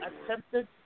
accepted